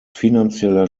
finanzieller